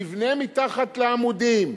תבנה מתחת לעמודים,